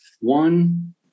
one